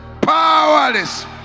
powerless